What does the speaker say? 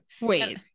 Wait